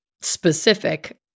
specific